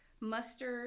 mustard